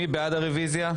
מי בעד הרוויזיה?